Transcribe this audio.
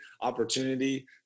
opportunity